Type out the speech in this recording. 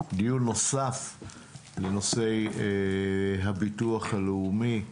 למעשה דיון נוסף לנושא הביטוח הלאומי.